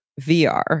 VR